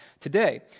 today